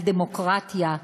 על דמוקרטיה,